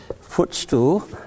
footstool